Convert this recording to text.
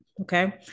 Okay